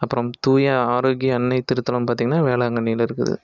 அப்புறம் தூய ஆரோக்கிய அன்னை திருத்தலம் பார்த்திங்கன்னா வேளாங்கண்ணியில் இருக்குது